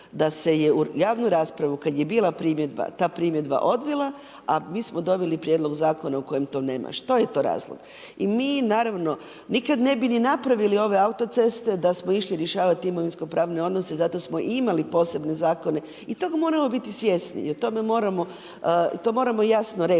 da se je u javnu raspravu kada je bila ta primjedba odbila a mi smo dobili prijedlog zakona u kojem to nema. Što je to razlog? I mi naravno nikada ne bi ni napravili ove autoceste da smo išli rješavati imovinsko pravne odnose, zato smo i imali posebne zakone i toga moramo biti svjesni i to moramo jasno reći